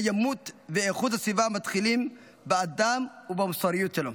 קיימות ואיכות הסביבה מתחילות באדם ובמוסריות שלו.